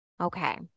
Okay